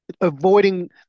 avoiding